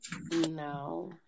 No